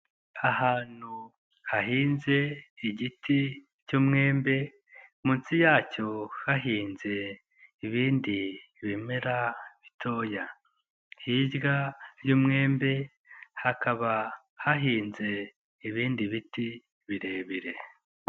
Ahantu hahinze igiti cy'umwembe, munsi yacyo hahinze ibindi bimera bitoya, hirya y'umwembe hakaba hahinze ibindi biti birebire.